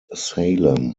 salem